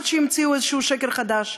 עד שימצאו איזה שקר חדש,